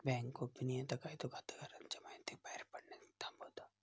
bank गोपनीयता कायदो खाताधारकांच्या महितीक बाहेर जाण्यापासना थांबवता